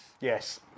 Yes